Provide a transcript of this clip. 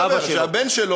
אבא שלו,